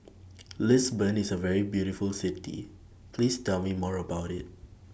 Lisbon IS A very beautiful City Please Tell Me More about IT